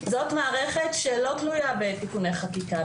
זאת מערכת שלא תלויה בתיקוני חקיקה.